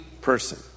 person